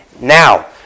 now